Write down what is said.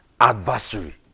adversary